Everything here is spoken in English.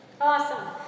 Awesome